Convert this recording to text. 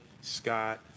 Scott